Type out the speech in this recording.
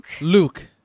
Luke